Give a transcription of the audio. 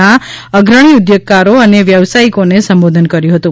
ના અગ્રણી ઉદ્યોગકારો અને વ્યવસાથીકોને સંબોધન કર્યુ હતું